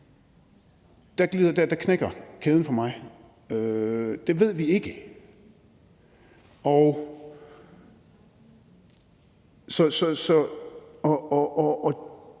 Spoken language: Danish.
Der knækker kæden for mig. Det ved vi ikke. Hendes